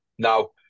Now